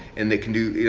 and they can do,